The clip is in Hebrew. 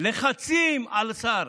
לחצים על השר,